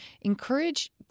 encourage